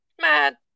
mad